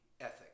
ethic